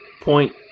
point